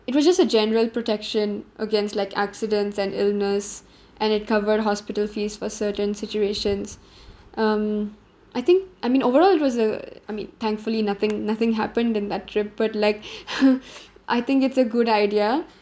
it was just a general protection against like accidents and illness and it covered hospital fees for certain situations um I think I mean overall it was a I mean thankfully nothing nothing happened in that trip but like I think it's a good idea